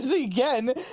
again